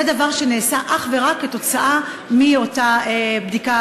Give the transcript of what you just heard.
זה דבר שנעשה אך ורק כתוצאה מאותה בדיקה